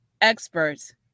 experts